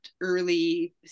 early